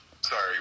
sorry